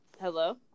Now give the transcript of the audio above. Hello